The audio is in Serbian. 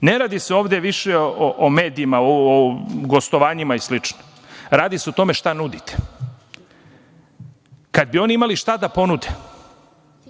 Ne radi se ovde više o medijima, o gostovanjima i slično, radi se o tome šta nudite. Kada bi oni imali šta da ponude,